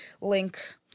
link